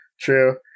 true